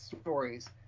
stories